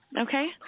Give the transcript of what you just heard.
Okay